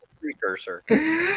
precursor